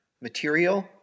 material